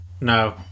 no